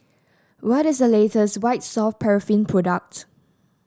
what is the latest White Soft Paraffin product